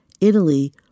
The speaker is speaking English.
Italy